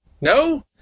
No